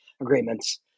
agreements